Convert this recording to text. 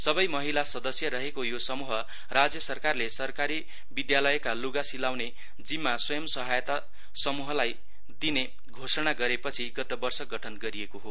सबै महिला सदस्य रहेको यो समूह राज्य सरकारले सरकारी विद्यालयका लुगा सिलाउने जिम्मा स्वयं सहायतालाई दिने घोषणा गरेपछि गतवर्ष गठन गरिएको हो